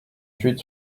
huit